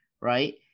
right